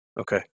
Okay